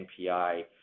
NPI